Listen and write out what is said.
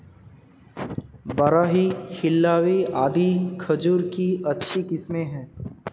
बरही, हिल्लावी आदि खजूर की अच्छी किस्मे हैं